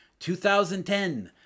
2010